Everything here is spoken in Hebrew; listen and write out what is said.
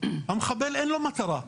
המחבל אין לו מטרה.